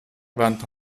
vanta